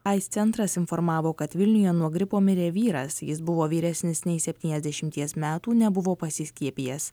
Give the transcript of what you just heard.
aids centras informavo kad vilniuje nuo gripo mirė vyras jis buvo vyresnis nei septyniasdešimties metų nebuvo pasiskiepijęs